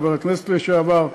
חבר הכנסת לשעבר,